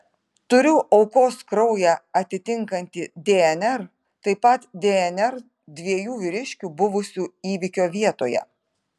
turiu aukos kraują atitinkantį dnr taip pat dnr dviejų vyriškių buvusių įvykio vietoje